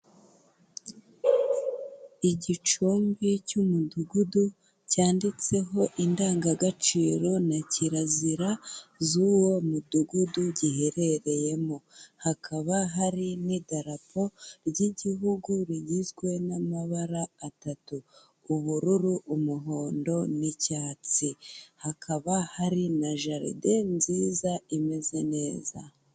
Igicumbi cy'umudugudu cyanditseho indangagaciro na kirazira z'uwo mudugudu giherereyemo, hakaba hari n'idarapo ry'igihugu rigizwe n'amabara atatu, ubururu umuhondo, n'icyatsi, hakaba hari na jaride nziza imeze neza.